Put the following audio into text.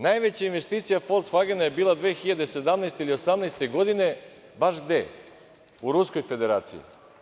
Najveća investicija "Folksvagena" je bila 2017. ili 2018. godine u Ruskoj Federaciji.